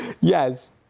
Yes